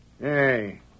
Hey